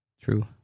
True